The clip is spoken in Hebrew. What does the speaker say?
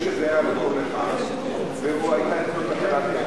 שנגיד זה היה רק קול אחד והיתה אצלו תקלה טכנית,